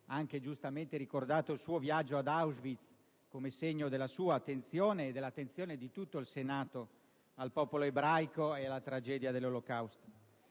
anche giustamente ricordato il suo viaggio ad Auschwitz come segno della sua attenzione e dell'attenzione di tutto il Senato al popolo ebraico e alla tragedia dell'Olocausto.